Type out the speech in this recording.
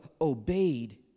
obeyed